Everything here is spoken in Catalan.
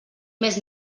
més